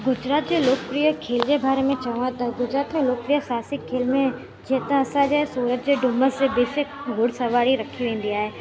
गुजरात जे लोकप्रिय खेल जे बारे में चवा त गुजरात में लोकप्रिय एतिहासिक खेल में जीअं त असांजे सूरत जे डूमस जे बीच ते घुड़सवारी रखी वेंदी आहे